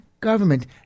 government